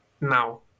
now